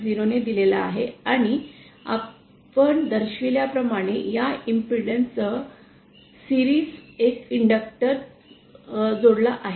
0 ने दिलेला आहे आणि आपण दर्शविल्याप्रमाणे या इम्पेडन्स सह मालिकेत एक इंडॅक्टर जोडला आहे